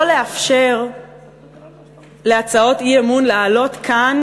לא לאפשר להצעות אי-אמון לעלות כאן